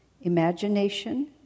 imagination